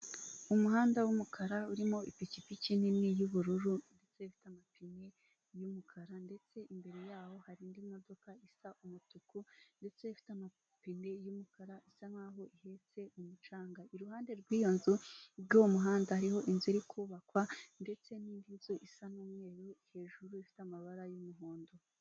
Umuhanda w'umukara urimo ipikipiki nini y'ubururu ndetse ifite amapine y'umukara ndetse imbere yaho hari indi modoka isa umutuku ndetse ifite amapine y'umukara isa nkaho ihetse umucanga, iruhande rw'iyo nzu n'uwo muhanda hariho inzu iri kubakwa ndetse n'indi nzu isa n'umweru hejuru ifite amabara y'umuhondo.